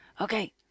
Okay